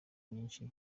myinshi